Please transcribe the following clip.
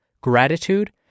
gratitude